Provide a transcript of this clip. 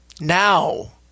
now